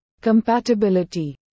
Compatibility